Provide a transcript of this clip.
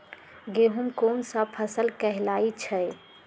गेहूँ कोन सा फसल कहलाई छई?